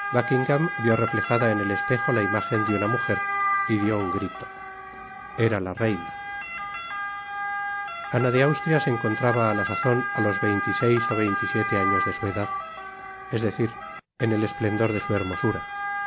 vió reflejada en el espejo la imágen de una mujer y dió un grito era la reina ana de austria se encontraba á la sazon á los veinte y seis ó veinte y siete años de su edad es decir en el esplendor de su hermosura